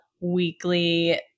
weekly